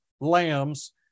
lambs